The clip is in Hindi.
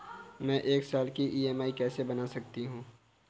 मैं एक साल की ई.एम.आई कैसे बना सकती हूँ?